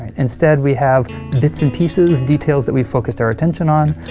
instead, we have bits and pieces, details that we've focused our attention on.